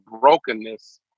brokenness